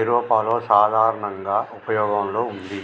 ఐరోపాలో సాధారనంగా ఉపయోగంలో ఉంది